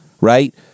right